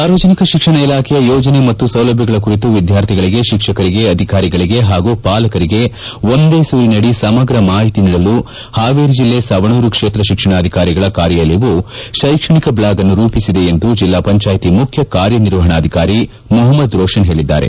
ಸಾರ್ವಜನಿಕ ಶಿಕ್ಷಣ ಇಲಾಖೆಯ ಯೋಜನೆ ಮತ್ತು ಸೌಲಭ್ಯಗಳ ಕುರಿತು ವಿದ್ಯಾರ್ಥಿಗಳಿಗೆ ಶಿಕ್ಷಕರಿಗೆ ಅಧಿಕಾರಿಗಳಿಗೆ ಹಾಗೂ ಪಾಲಕರಿಗೆ ಒಂದೇ ಸೂರಿನಡಿ ಸಮಗ್ರ ಮಾಹಿತಿ ನೀಡಲು ಹಾವೇರಿ ಜಿಲ್ಲೆ ಸವಣೂರು ಕ್ಷೇತ್ರ ಶಿಕ್ಷಣಾಧಿಕಾರಿಗಳ ಕಾರ್ಯಾಲಯವು ತ್ವೆಕ್ಷಣಿಕ ಬ್ಲಾಗ್ ಅನ್ನು ರೂಪಿಸಿದೆ ಎಂದು ಜಿಲ್ಲಾ ಪಂಚಾಯ್ತಿ ಮುಖ್ಯ ಕಾರ್ಯನಿರ್ವಾಹಾಣಾಧಿಕಾರಿ ಮೊಹಮ್ದದ್ ರೋಪನ್ ಹೇಳಿದ್ದಾರೆ